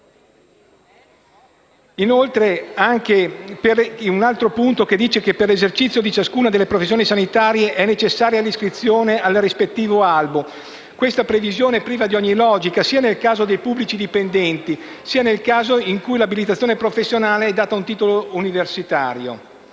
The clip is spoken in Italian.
un altro punto del provvedimento si prevede che per l'esercizio di ciascuna delle professioni sanitarie è necessaria l'iscrizione al rispettivo (questa previsione è priva di ogni logica, sia nel caso dei pubblici dipendenti, sia nel caso in cui l'abilitazione professionale è data da un titolo universitario);